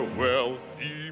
wealthy